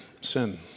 sin